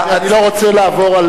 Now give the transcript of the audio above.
אני לא רוצה לעבור על